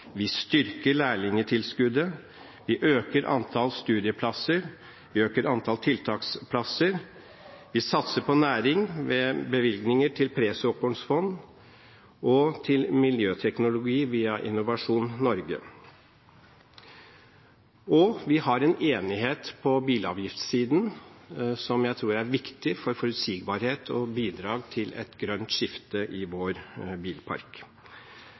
Vi styrker lærlingtilskuddet. Vi øker antall studieplasser. Vi øker antall tiltaksplasser. Vi satser på næring ved bevilgninger til presåkornfond og til miljøteknologi via Innovasjon Norge. Og vi har en enighet på bilavgiftssiden som jeg tror er viktig for forutsigbarhet og som bidrag til et grønt skifte i vår bilpark.